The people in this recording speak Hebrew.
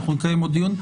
נקיים עוד דיון.